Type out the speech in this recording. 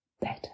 better